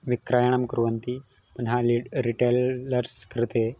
विक्रयणं कुर्वन्ति पुनः लि रिटेलर्स् कृते